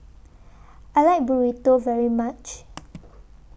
I like Burrito very much